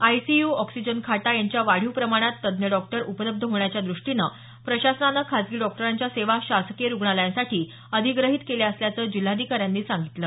ICU oxygen खाटा यांच्या वाढीव प्रमाणात तज्ञ डॉक्टर उपलब्ध होण्याच्या द्रष्टीनं प्रशासनानं खाजगी डॉक्टरांच्या सेवा शासकीय रुग्णालयांसाठी अधिग्रहित केल्या असल्याचं जिल्हाधिकाऱ्यांनी सांगितलं